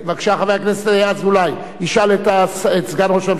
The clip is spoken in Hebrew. חבר הכנסת אזולאי ישאל את סגן ראש הממשלה ושר